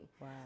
Wow